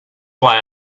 why